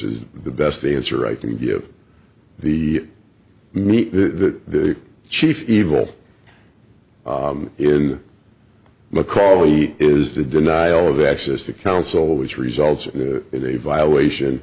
is the best answer i can give the me the chief evil in mcallen is the denial of access to counsel which results in a violation